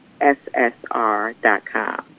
SSR.com